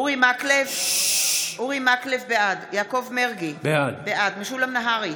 אורי מקלב, בעד יעקב מרגי, בעד משולם נהרי,